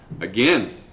again